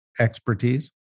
expertise